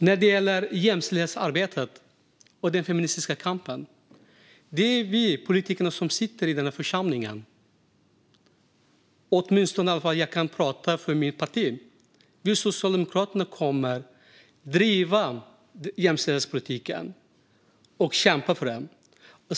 När det gäller jämställdhetsarbetet och den feministiska kampen är det vi politiker som sitter i denna församling som driver detta arbete. Jag kan i alla fall tala för mitt parti. Vi socialdemokrater kommer att driva jämställdhetspolitiken och kämpa för den.